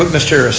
mr.